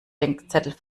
denkzettel